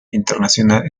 internacional